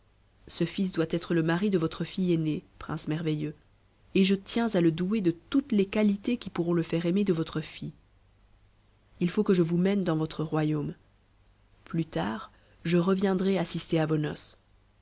ce fils doit être le mari de votre fille aînée prince merveilleux et je tiens à le douer de toutes les qualités qui pourront le faire aimer de votre fille il faut que je vous mène dans votre royaume plus tard je reviendrai assister à